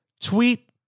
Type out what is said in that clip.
Tweet